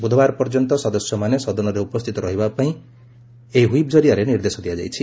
ବୁଧବାର ପର୍ଯ୍ୟନ୍ତ ସଦସ୍ୟମାନେ ସଦନରେ ଉପସ୍ଥିତ ରହିବା ପାଇଁ ଏହି ହୁଇପ୍ ଜରିଆରେ ନିର୍ଦ୍ଦେଶ ଦିଆଯାଇଛି